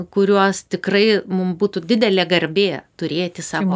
kuriuos tikrai mum būtų didelė garbė turėti savo